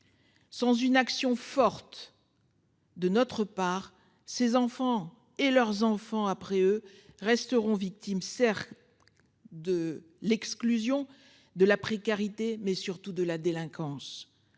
Sans une action forte. De notre part ces enfants et leurs enfants après eux resteront victime sert. De l'exclusion de la précarité mais surtout de la délinquance